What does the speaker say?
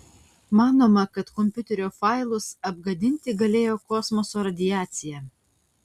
manoma kad kompiuterio failus apgadinti galėjo kosmoso radiacija